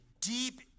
deep